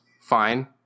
fine